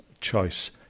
choice